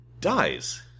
dies